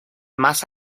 más